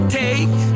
take